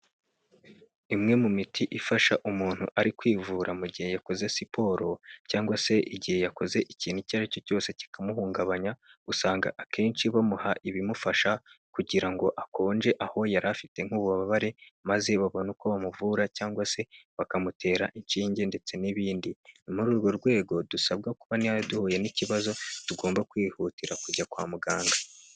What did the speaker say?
Imwe mu miti ifasha umuntu ari kwivura mu gihe yakoze siporo, cyangwa se igihe yakoze ikintu icyo ari cyo cyose kikamuhungabanya, usanga akenshi bamuha ibimufasha, kugira ngo akonje aho yari afite nk'ububabare, maze babone uko bamuvura, cyangwa se bakamutera inshinge ndetse n'ibindi, ni muri urwo rwego dusabwa kuba niba duhuye n'ikibazo tugomba kwihutira kujya kwa muganga.